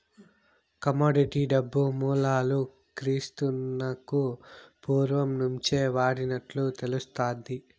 commodity డబ్బు మూలాలు క్రీస్తునకు పూర్వం నుంచే వాడినట్లు తెలుస్తాది